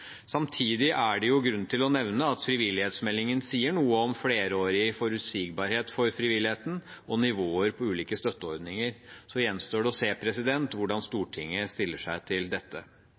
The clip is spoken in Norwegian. Samtidig er det grunn til å nevne at frivillighetsmeldingen sier noe om flerårig forutsigbarhet for frivilligheten og nivåer på ulike støtteordninger. Så gjenstår det å se hvordan Stortinget stiller seg til dette.